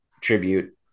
tribute